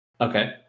Okay